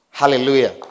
Hallelujah